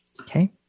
Okay